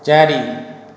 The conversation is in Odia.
ଚାରି